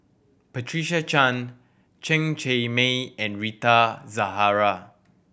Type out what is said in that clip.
Patricia Chan Chen Cheng Mei and Rita Zahara